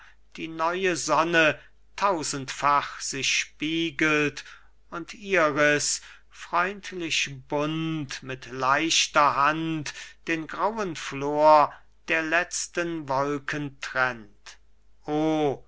die neue sonne tausendfach sich spiegelt und iris freundlich bunt mit leichter hand den grauen flor der letzten wolken trennt o